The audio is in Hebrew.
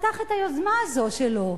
חתך את היוזמה הזאת שלו.